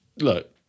look